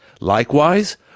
Likewise